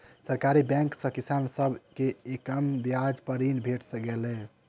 सरकारी बैंक सॅ किसान सभ के कम ब्याज पर ऋण भेट गेलै